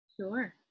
Sure